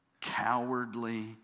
cowardly